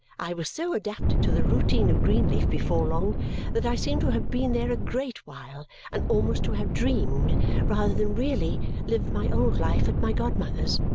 i was so adapted to the routine of greenleaf before long that i seemed to have been there a great while and almost to have dreamed rather than really lived my old life at my godmother's.